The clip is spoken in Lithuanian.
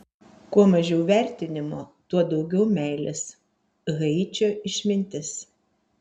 kuo mažiau vertinimo tuo daugiau meilės haičio išmintis